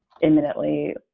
imminently